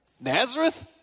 Nazareth